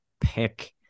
pick